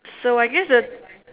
so I guess the